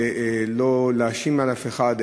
ולא להאשים אף אחד,